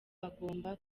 agomba